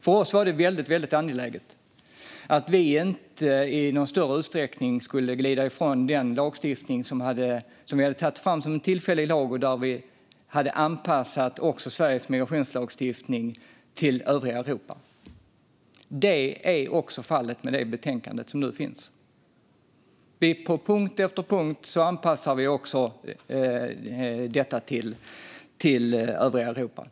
För oss var det väldigt angeläget att vi inte i någon större utsträckning skulle glida ifrån den lagstiftning som vi hade tagit fram som en tillfällig lag där vi hade anpassat Sveriges migrationslagstiftning till vad som gäller i övriga Europa. Det är också fallet med det betänkande som nu finns. På punkt efter punkt anpassar vi detta till vad som gäller i övriga Europa.